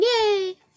Yay